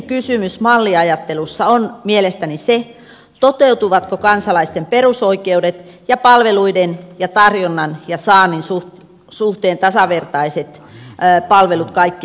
ydinkysymys malliajattelussa on mielestäni se toteutuvatko kansalaisten perusoikeudet ja palveluiden tarjonnan ja saannin suhteen tasavertaiset palvelut kaikkialla maassa